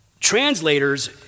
translators